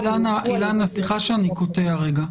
אילנה, סליחה שאני קוטע רגע.